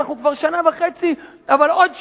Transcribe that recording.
אנחנו כבר שנה וחצי, אבל עוד שנייה.